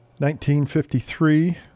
1953